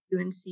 UNC